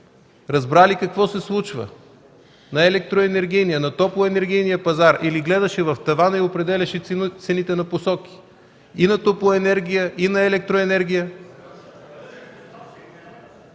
Разбра ли какво се случва на електроенергийния, на топлоенергийния пазар или гледаше в тавана и определяше цените напосоки – и на топлоенергия, и на електроенергия?